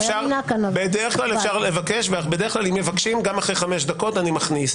אמרו שהייעוץ המשפטי מסית.